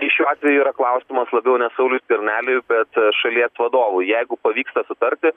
tai šiuo atveju yra klausimas labiau ne sauliui skverneliui bet šalies vadovui jeigu pavyksta sutarti